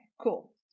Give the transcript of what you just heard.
cool